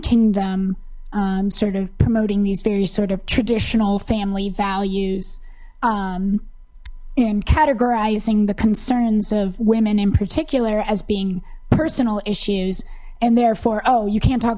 kingdom sort of promoting these very sort of traditional family values and categorizing the concerns of women in particular as being personal issues and therefore oh you can't talk